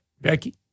Becky